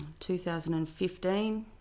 2015